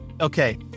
okay